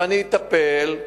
ואני אטפל.